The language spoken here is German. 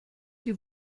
die